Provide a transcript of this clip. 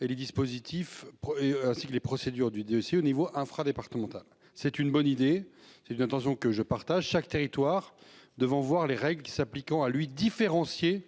et les dispositifs. Et ainsi que les procédures du dossier au niveau infra-départementale. C'est une bonne idée. C'est une intention que je partage chaque territoire devant voir les règles s'appliquant à lui-différencier